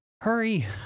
hurry